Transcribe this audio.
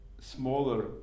smaller